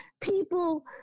people